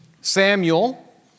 Samuel